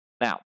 Now